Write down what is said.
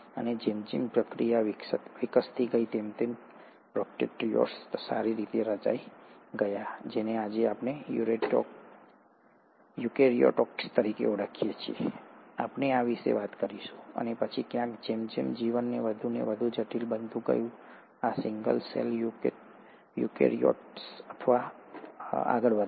અને જેમ જેમ પ્રક્રિયા વિકસતી ગઈ તેમ તેમ પ્રોકેરીયોટ્સ સારી રીતે રચાઈ ગયા જેને આજે આપણે યુકેરીયોટ્સ તરીકે ઓળખીએ છીએ આપણે આ વિશે વાત કરીશું અને પછી ક્યાંક જેમ જેમ જીવન વધુ ને વધુ જટિલ બનતું ગયું આ સિંગલ સેલ યુકેરિયોટ્સ આગળ વધ્યા